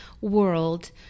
world